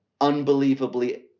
unbelievably